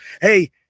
Hey